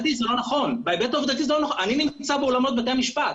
בבתי המשפט